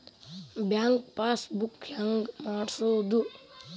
Bank passbook ಹೆಂಗ್ ಮಾಡ್ಸೋದು?